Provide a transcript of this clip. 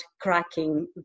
cracking